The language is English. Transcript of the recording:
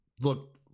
look